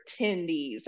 attendees